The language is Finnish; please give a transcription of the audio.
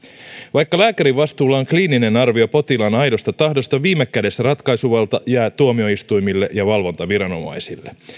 vaikka lääkärin vastuulla on kliininen arvio potilaan aidosta tahdosta viime kädessä ratkaisuvalta jää tuomioistuimille ja valvontaviranomaisille